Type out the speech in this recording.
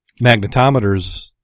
magnetometers